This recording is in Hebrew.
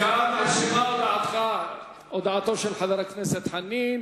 נרשמה הודעתו של חבר הכנסת חנין,